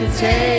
Take